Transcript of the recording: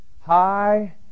high